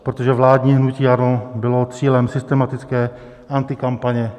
Protože vládní hnutí ANO bylo cílem systematické antikampaně.